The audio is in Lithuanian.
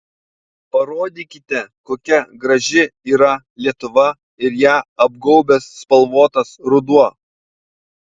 parodykite kokia graži yra lietuva ir ją apgaubęs spalvotas ruduo